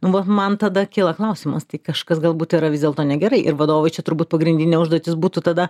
nu vat man tada kyla klausimas tai kažkas galbūt yra vis dėlto negerai ir vadovui čia turbūt pagrindinė užduotis būtų tada